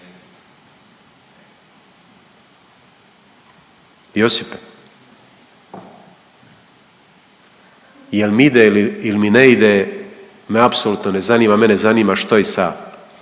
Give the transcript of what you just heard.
prvi. Je l' mi ide ili mi ne ide, me apsolutno ne zanima, mene zanima što je sa,